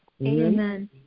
Amen